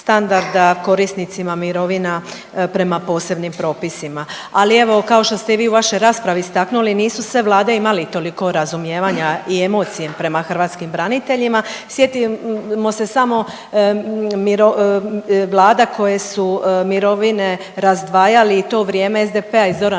korisnicima mirovina prema posebnim propisima. Ali evo kao što ste i vi u vašoj raspravi istaknuli nisu sve Vlade imali toliko razumijevanja i emocije prema hrvatskim braniteljima. Sjetimo se samo Vlada koje su mirovine razdvajali i to u vrijeme SDP-a i Zorana